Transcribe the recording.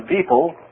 people